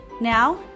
Now